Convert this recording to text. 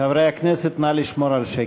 חברי הכנסת, נא לשמור על שקט,